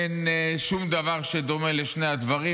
אין שום דבר שדומה בין שני הדברים.